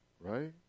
right